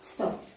Stop